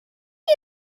you